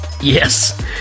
Yes